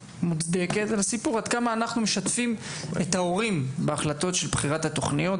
לגבי השאלה: עד כמה אנחנו משתפים את ההורים בהחלטות של בחירת התכניות,